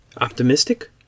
optimistic